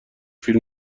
فیلم